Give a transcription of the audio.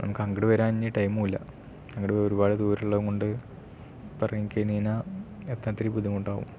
നമുക്ക് അങ്ങോട്ട് വരാൻ ഇനി ടൈമും ഇല്ല അങ്ങോട്ട് ഒരുപാട് ദൂരം ഉള്ളതുകൊണ്ട് ഇപ്പം ഇറങ്ങി കഴിഞ്ഞ് കഴിഞ്ഞാൽ എത്താൻ ഇത്തിരി ബുദ്ധിമുട്ടാവും